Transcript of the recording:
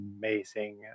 amazing